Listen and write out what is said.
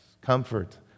Comfort